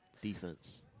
Defense